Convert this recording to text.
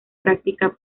práctica